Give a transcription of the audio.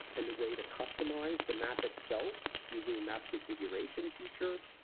and the way to customize the map itself using the map configuration feature.